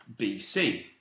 BC